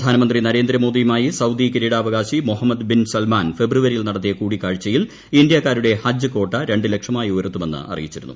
പ്രധാനമന്ത്രി നരേന്ദ്രമോദിയുമായി സ്പ്രദ്ദി കിരീടാവകാശി മെഹമ്മദ് ബിൻ സൽമാൻ ഫെബ്രുവരിയിൽ നടത്തിയ കൂടിക്കാഴ്ചയിൽ ഇന്ത്യാക്കാരുടെ ഹജ്ജ് കാട്ട് രണ്ട് ലക്ഷമായി ഉയർത്തുമെന്ന് അറിയിച്ചിരുന്നു